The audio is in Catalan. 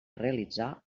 realitzar